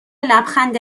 لبخند